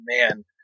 man